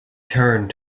turned